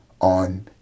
on